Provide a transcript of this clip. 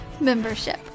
Membership